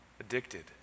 addicted